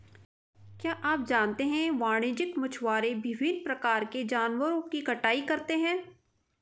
क्या आप जानते है वाणिज्यिक मछुआरे विभिन्न प्रकार के जानवरों की कटाई करते हैं?